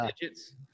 digits